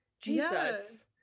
Jesus